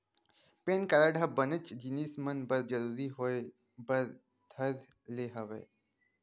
PAN card ह बनेच जिनिस मन बर जरुरी होय बर धर ले हवय